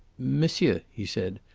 monsieur, he said,